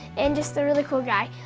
and just a really cool guy.